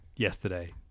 yesterday